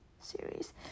series